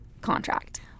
contract